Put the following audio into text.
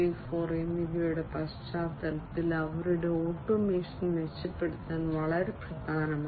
0 എന്നിവയുടെ പശ്ചാത്തലത്തിൽ അവരുടെ ഓട്ടോമേഷൻ മെച്ചപ്പെടുത്തൽ വളരെ പ്രധാനമാണ്